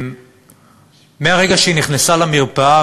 מהרגע שהיא נכנסה למרפאה,